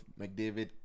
mcdavid